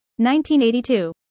1982